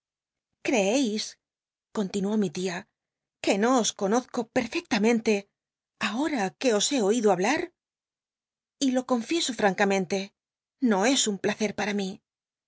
eonlinuó mi tia que no os conozco pcrfcclam cnlc ahora que os he oido hablar y lo confi eso franca mcntc no es un placer para mi